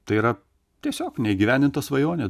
tai yra tiesiog neįgyvendinta svajonė